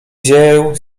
dzieł